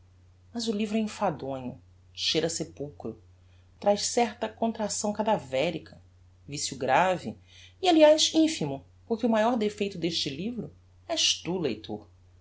mas o livro é enfadonho cheira a sepulchro traz certa contracção cadaverica vicio grave e aliás infimo porque o maior defeito deste livro és tu leitor